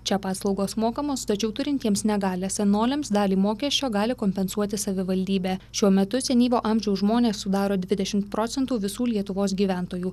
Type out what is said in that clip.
čia paslaugos mokamos tačiau turintiems negalią senoliams dalį mokesčio gali kompensuoti savivaldybė šiuo metu senyvo amžiaus žmonės sudaro dvidešimt procentų visų lietuvos gyventojų